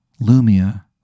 Lumia